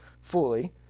fully